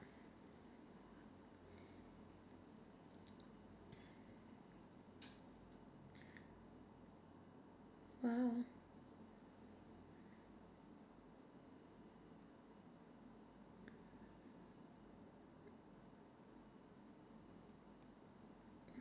!huh!